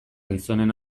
gizonen